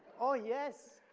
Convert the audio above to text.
oh yes.